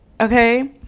okay